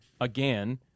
again